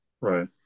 Right